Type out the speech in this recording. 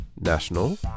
national